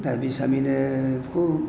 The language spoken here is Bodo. दा बे हिसाबैनो खुब